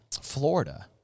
Florida